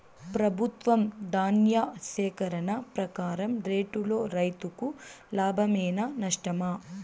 ప్రభుత్వం ధాన్య సేకరణ ప్రకారం రేటులో రైతుకు లాభమేనా నష్టమా?